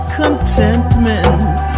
contentment